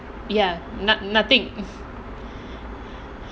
he has never ya nothing